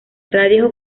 radios